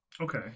Okay